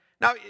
Now